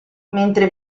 mentre